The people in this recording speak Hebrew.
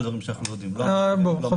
אמרנו שנבדוק.